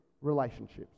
relationships